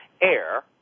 air